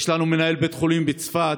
יש לנו מנהל בית חולים בצפת,